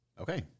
Okay